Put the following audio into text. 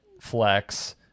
Flex